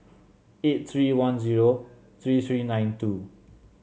eight three one zero three three nine two